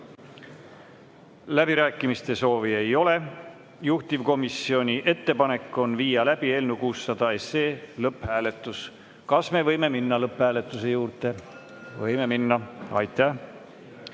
Läbirääkimiste soovi ei ole. Juhtivkomisjoni ettepanek on viia läbi eelnõu 600 lõpphääletus. Kas me võime minna lõpphääletuse juurde? Võime minna.